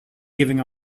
giving